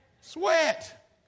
Sweat